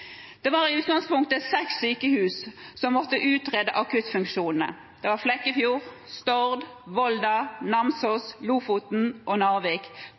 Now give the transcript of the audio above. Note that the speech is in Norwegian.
Det var i utgangspunktet seks sykehus som måtte utrede akuttfunksjonene. Det var Flekkefjord, Stord, Volda, Namsos, Lofoten og Narvik